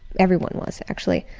everyone was actually.